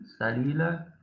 salila